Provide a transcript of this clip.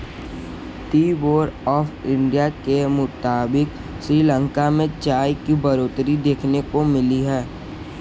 T board of India के मुताबिक़ श्रीलंका में चाय की बढ़ोतरी देखने को मिली है